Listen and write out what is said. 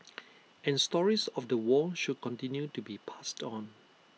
and stories of the war should continue to be passed on